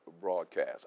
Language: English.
broadcast